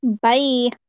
Bye